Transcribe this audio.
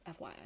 FYI